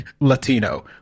Latino